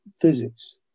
physics